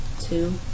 Two